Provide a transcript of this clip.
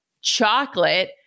chocolate